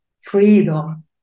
freedom